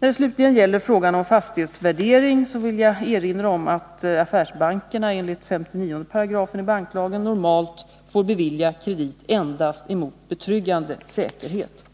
När det slutligen gäller frågan om fastighetsvärdering vill jag erinra om att affärsbankerna enligt 59 § banklagen normalt får bevilja kredit endast mot betryggande säkerhet.